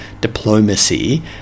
diplomacy